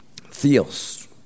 Theos